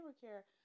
care